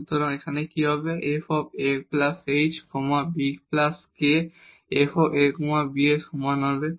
সুতরাং এখানে কি হবে f ah bk f a b এর সমান হবে